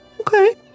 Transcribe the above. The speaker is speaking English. okay